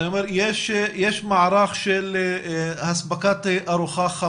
זה פשוט כלום לעומת מה